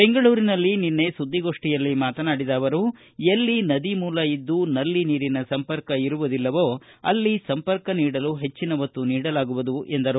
ಬೆಂಗಳೂರಿನಲ್ಲಿ ನಿನ್ನೆ ಸುದ್ವಿಗೋಷ್ಠಿಯಲ್ಲಿ ಮಾತನಾಡಿದ ಅವರು ಎಲ್ಲಿ ನದಿ ಮೂಲ ಇದ್ದು ನಲ್ಲಿ ನೀರಿನ ಸಂಪರ್ಕ ಇರುವುದಿಲ್ಲವೊ ಅಲ್ಲಿ ಸಂಪರ್ಕ ನೀಡಲು ಹೆಚ್ಚಿನ ಒತ್ತು ನೀಡಲಾಗುವುದು ಎಂದರು